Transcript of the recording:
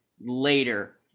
later